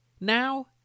now